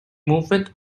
movement